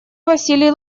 василий